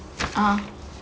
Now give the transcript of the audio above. uh